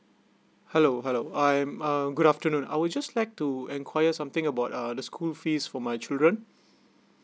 hello hello I'm uh good afternoon I would just like to inquire something about uh the school fees for my children